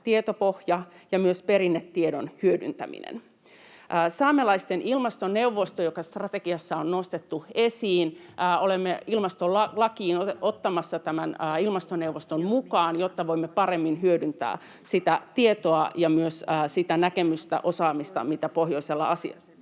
tietopohja ja myös perinnetiedon hyödyntäminen. Saamelaisten ilmastoneuvosto, joka strategiassa on nostettu esiin: olemme ilmastolakiin ottamassa tämän ilmastoneuvoston mukaan, jotta voimme paremmin hyödyntää sitä tietoa ja myös sitä näkemystä, osaamista, mitä pohjoisella alueella